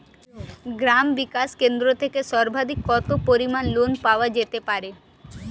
গ্রাম বিকাশ কেন্দ্র থেকে সর্বাধিক কত পরিমান লোন পাওয়া যেতে পারে?